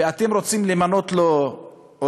ואתם רוצים למנות לו עורך-דין,